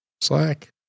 Slack